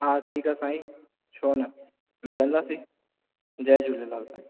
हा ठीकु आहे साईं छो न मिलंदासीं जय झूलेलाल साईं